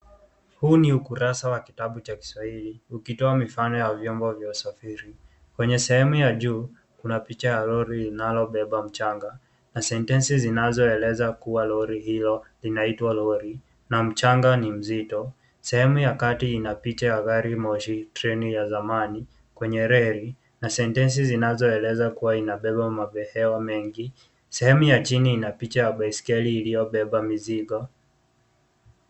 Huu ni ukurasa wa kitabu cha kiswahili, ukitoa mifano ya vyombo vya usafiri. Kwenye sehemu ya juu, kuna picha ya lori linalobeba mchanga. Na sentensi zinazoeleza kuwa lori hilo linaitwa lori. Na mchanga ni mzito. Sehemu ya kati inapita ya gari moshi, treni ya zamani kwenye reli na sentensi zinazoeleza kuwa inabeba mabehewa mengi. Sehemu ya chini ina picha ya baiskeli iliyobeba mizigo.